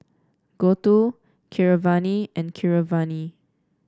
Gouthu Keeravani and Keeravani